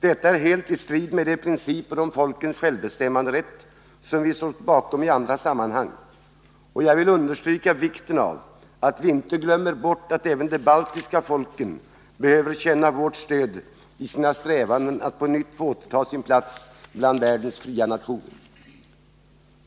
Detta är helt i strid med de principer om folkens självbestämmanderätt som vi står bakom i andra sammanhang, och jag vill understryka vikten av att vi inte glömmer bort att även de baltiska folken behöver känna vårt stöd i sina strävanden att på nytt få återta sin plats bland världens fria nationer.